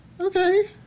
Okay